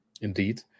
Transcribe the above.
Indeed